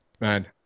Man